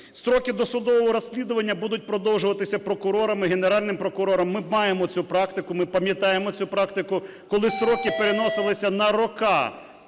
Строки досудового розслідування будуть продовжуватися прокурорами, Генеральним прокурором. Ми маємо цю практику, ми пам'ятаємо цю практику, коли строки переносилися на роки,